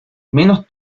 menos